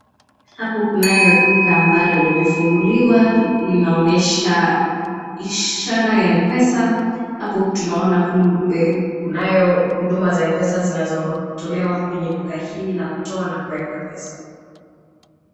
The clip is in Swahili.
Hapo kunayo duka ambalo limefunguliwa. Linaonyesha ishara ya M-Pesa. Hapo tunaona kumbe kunayo huduma za M-Pesa zinazotolewa kwenye duka hili la kutoa na kuweka pesa.